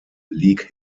league